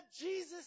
Jesus